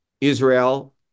Israel